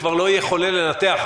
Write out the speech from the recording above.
כבר לא יהיה חולה לנתח.